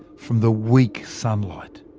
from the weak sunlight.